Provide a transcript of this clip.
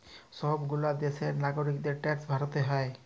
সব গুলা দ্যাশের লাগরিকদের ট্যাক্স ভরতে হ্যয়